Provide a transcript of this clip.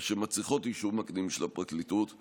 אשר מצריכות אישור מקדים של הפרקליטות,